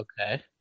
okay